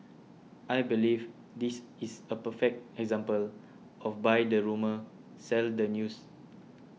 I believe this is a perfect example of buy the rumour sell the news